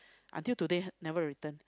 until today never return